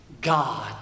God